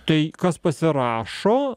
tai kas pasirašo